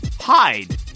Hide